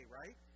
right